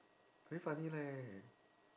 very funny leh